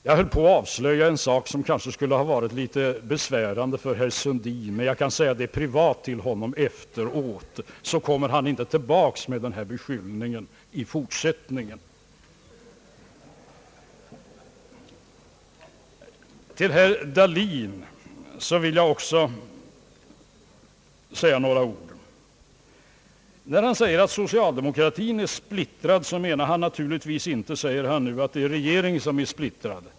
Jag höll på att avslöja en sak som kanske skulle ha varit litet besvärande för herr Sundin, men jag kan säga det privat till honom efteråt, så kommer han inte tillbaka med samma beskyllning i fortsättningen. Till herr Dahlén vill jag också säga några ord. När han sade att socialdemokratin är splittrad, menade han naturligtvis inte, säger han nu, att regeringen är splittrad.